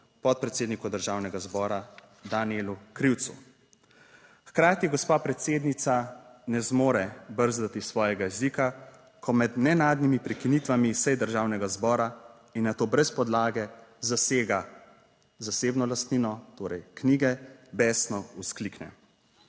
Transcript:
podpredsedniku Državnega zbora Danijelu Krivcu. Hkrati gospa predsednica ne zmore brzdati svojega jezika, ko med nenadnimi prekinitvami sej Državnega zbora in nato brez podlage zasega zasebno lastnino, torej knjige, besno vzklikne